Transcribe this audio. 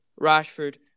Rashford